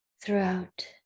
throughout